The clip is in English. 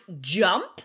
jump